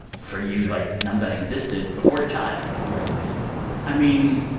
for you, like, none of that existed before your child yeah i mean,